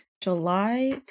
July